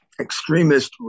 extremist